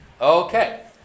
Okay